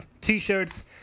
t-shirts